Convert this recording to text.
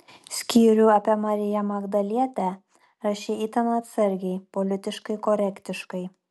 skyrių apie mariją magdalietę rašei itin atsargiai politiškai korektiškai